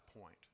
point